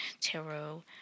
tarot